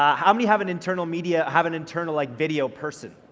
um how many have an internal media have an internal like video person?